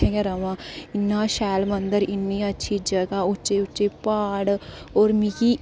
र'वा इ'न्ना शैल मंदर इ'न्नी अच्छी जगह उच्चे उच्चे प्हाड़ ओह् मिगी